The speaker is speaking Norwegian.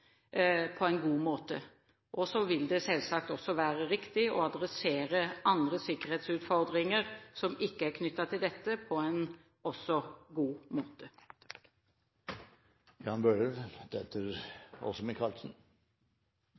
på en god måte. Det vil selvsagt også være riktig å adressere andre sikkerhetsutfordringer som ikke er knyttet til dette, på en god måte.